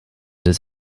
des